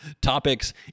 topics